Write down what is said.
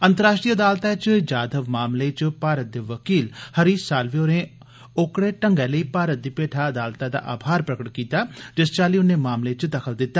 अंतर्राष्ट्री अदालतै च जाधव मामले च भारत दे वकील हरीश सालवे होरें ओकड़े ढंगै लेई भारत दी भेठा अदालतै दा आभार प्रकट कीता जिस चाली उन्नै मामले च दखल दिता